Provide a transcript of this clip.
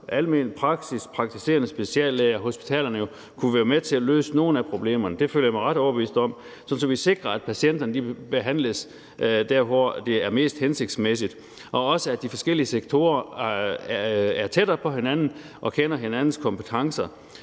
almene praksisser, de praktiserende speciallæger og hospitalerne jo kunne være med til at løse nogle af problemerne – det føler jeg mig ret overbevist om – altså sådan at vi sikrer, at patienterne behandles der, hvor det er mest hensigtsmæssigt, og også, at de forskellige sektorer er tættere på hinanden og kender hinandens kompetencer.